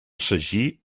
sagí